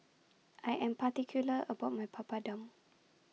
I Am particular about My Papadum